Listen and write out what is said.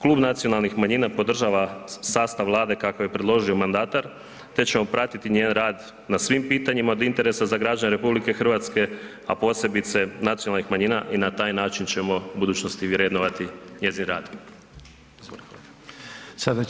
Klub nacionalnih manjina podržava sastav Vlade kako je predložio mandatar te ćemo pratiti njen rad na svim pitanjima od interesa za građane RH, a posebice nacionalnih manjina i na taj način ćemo u budućnosti vrednovati njezin rad.